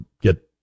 get